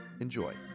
Enjoy